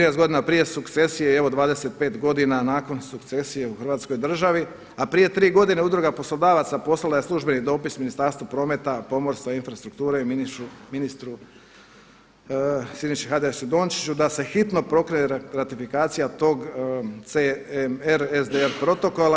13 godina prije sukcesije i evo 35 godina nakon sukcesije u Hrvatskoj državi, a prije 3 godine Udruga poslodavaca poslala je službeni dopis Ministarstvu prometa, pomorstva i infrastrukture i Ministru Siniši Hajdašu Dončiću da se hitno pokrene ratifikacija tog CMR SDR protokola.